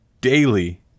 daily